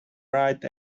right